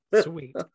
Sweet